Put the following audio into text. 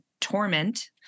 torment